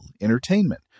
entertainment